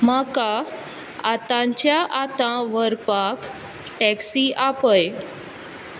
म्हका आतांच्या आतां व्हरपाक टॅक्सी आपय